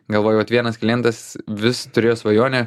galvoju vat vienas klientas vis turėjo svajonę